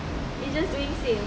is just doing sale